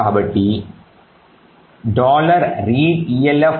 కాబట్టి readelf S